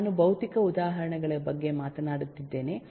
ನಾನು ಭೌತಿಕ ಉದಾಹರಣೆಗಳ ಬಗ್ಗೆ ಮಾತನಾಡುತ್ತಿದ್ದೇನೆ